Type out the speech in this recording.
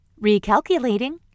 recalculating